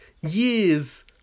years